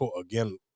again